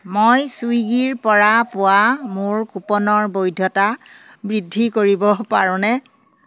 মই চুইগীৰ পৰা পোৱা মোৰ কুপনৰ বৈধতা বৃদ্ধি কৰিব পাৰোনে